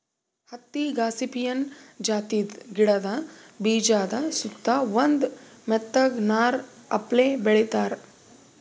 ಹತ್ತಿ ಗಾಸಿಪಿಯನ್ ಜಾತಿದ್ ಗಿಡದ ಬೀಜಾದ ಸುತ್ತಾ ಒಂದ್ ಮೆತ್ತಗ್ ನಾರ್ ಅಪ್ಲೆ ಬೆಳಿತದ್